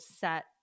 set